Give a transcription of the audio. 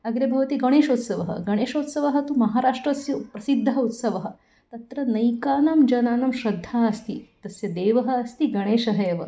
अग्रे भवति गणेशोत्सवः गणेशोत्सवः तु महाराष्ट्रस्य प्रसिद्धः उत्सवः तत्र अनेकानां जनानां श्रद्धा अस्ति तस्य देवः अस्ति गणेशः एव